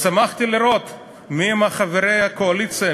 ושמחתי לראות מי הם חברי הקואליציה,